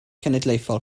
genedlaethol